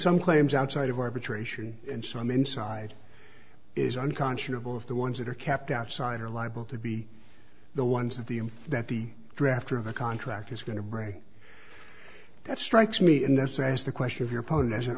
some claims outside of arbitration and so on the inside is unconscionable of the ones that are kept outside are liable to be the ones at the end that the drafter of a contract is going to break that strikes me in that sense the question of your poem as an